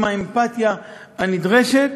באמפתיה הנדרשת.